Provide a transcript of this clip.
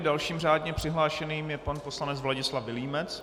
Dalším řádně přihlášeným je pan poslanec Vladislav Vilímec.